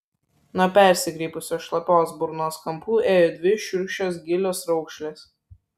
nuo persikreipusios šlapios burnos kampų ėjo dvi šiurkščios gilios raukšlės